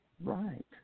Right